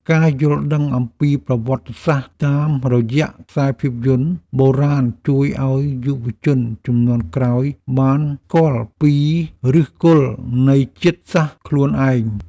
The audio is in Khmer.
ការយល់ដឹងអំពីប្រវត្តិសាស្ត្រតាមរយៈខ្សែភាពយន្តបុរាណជួយឱ្យយុវជនជំនាន់ក្រោយបានស្គាល់ពីឫសគល់នៃជាតិសាសន៍ខ្លួនឯង។